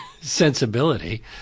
sensibility